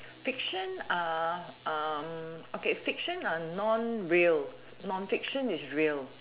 fiction are um okay fiction are non real non fiction is real